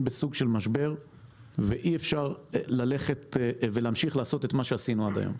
בסוג של משבר ואי-אפשר להמשיך להתנהל כפי שהתנהלנו עד היום.